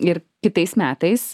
ir kitais metais